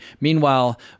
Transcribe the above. meanwhile